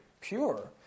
pure